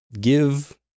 give